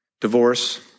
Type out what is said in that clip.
Divorce